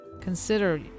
consider